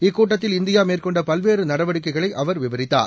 இக்கூட்டத்தில் இந்தியா மேற்கொண்ட பல்வேறு நடவடிக்கைகளை அவர் விவரித்தார்